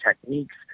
techniques